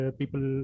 people